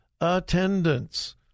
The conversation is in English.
attendance